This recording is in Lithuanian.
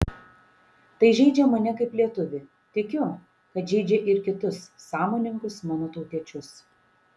tai žeidžia mane kaip lietuvį tikiu kad žeidžia ir kitus sąmoningus mano tautiečius